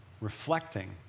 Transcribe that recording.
reflecting